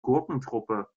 gurkentruppe